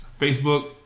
Facebook